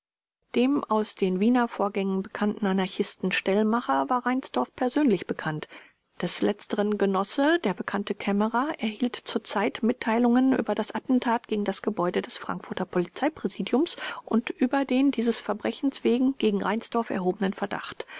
dem aus den wiener vorgängen bekannten anarchisten stellmacher war reinsdorf persönlich bekannt des letzteren genosse der bekannte kammerer erhielt zurzeit mitteilungen über das attentat gegen das gebäude des frankfurter polizeipräsidiums und über den dieses verbrechens wegen gegen reinsdorf erhobenen verdacht